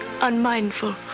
unmindful